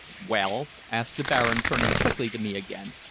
well? asked the baron, turning quickly to me again,